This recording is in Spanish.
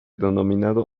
denominado